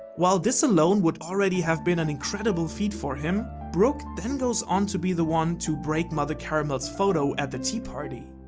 while this alone would already have been an incredible feat for him, brook then goes on to be the one to break mother caramel's photo at the tea party.